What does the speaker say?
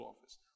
office